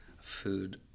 food